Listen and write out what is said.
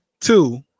two